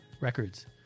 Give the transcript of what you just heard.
Records